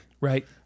right